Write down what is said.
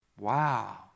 wow